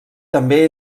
també